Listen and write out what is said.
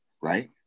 right